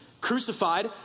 crucified